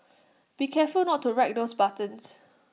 be careful not to wreck those buttons